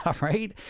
right